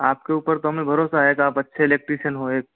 आपके ऊपर तो हमें भरोसा है की आप अच्छे इलेक्ट्रिशियन हो एक